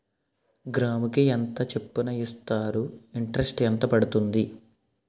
గ్రాముకి ఎంత చప్పున ఇస్తారు? ఇంటరెస్ట్ ఎంత పడుతుంది?